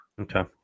Okay